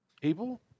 People